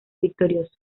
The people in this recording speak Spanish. victorioso